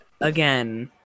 again